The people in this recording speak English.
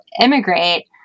immigrate